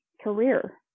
career